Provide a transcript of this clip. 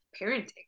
parenting